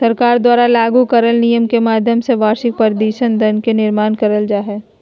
सरकार द्वारा लागू करल नियम के माध्यम से वार्षिक प्रतिशत दर के निर्माण करल जा हय